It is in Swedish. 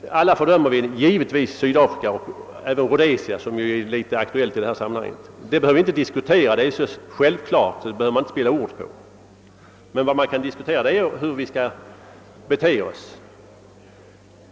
Alla fördömer givetvis Sydafrika och även Rhodesia som ju är en smula aktuellt i detta sammanhang. Det behöver vi inte diskutera. Det är så självklart att det behöver man inte spilla några ord på. Men vad man kan diskutera är hur vi skall bete oss.